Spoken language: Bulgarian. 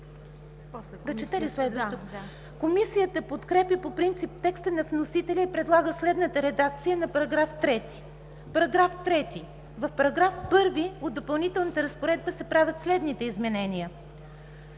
Комисията подкрепя по принцип текста на вносителя и предлага следната редакция на § 3: „§ 3. В § 1 от Допълнителната разпоредба се правят следните изменения: